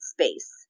space